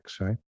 right